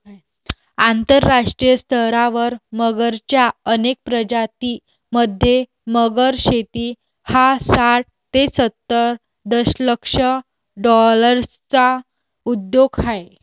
आंतरराष्ट्रीय स्तरावर मगरच्या अनेक प्रजातीं मध्ये, मगर शेती हा साठ ते सत्तर दशलक्ष डॉलर्सचा उद्योग आहे